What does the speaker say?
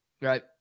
right